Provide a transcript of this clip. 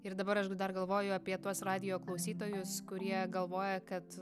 ir dabar aš dar galvoju apie tuos radijo klausytojus kurie galvoja kad